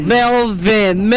Melvin